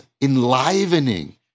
enlivening